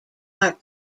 are